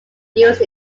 used